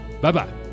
Bye-bye